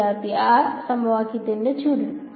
വിദ്യാർത്ഥി ആദ്യ സമവാക്യത്തിന്റെ ചുരുളൻ